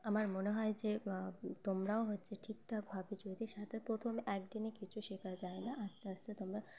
আমার মনে হয় যে তোমরাও হচ্ছে ঠিকঠাকভাবে যদি সাঁতার প্রথমে একদিনে কিছু শেখা যায় না আস্তে আস্তে তোমরা